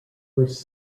was